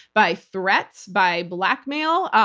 by threats, by blackmail,